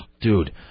dude